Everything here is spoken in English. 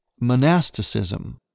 monasticism